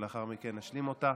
ולאחר מכן נשלים אותה